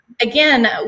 again